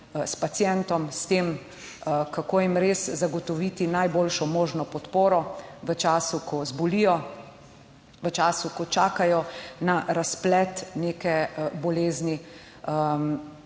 s pacientom, s tem kako jim res zagotoviti najboljšo možno podporo v času, ko zbolijo, v času, ko čakajo na razplet neke bolezni,